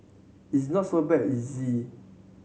it's not so bad it's easy